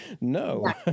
no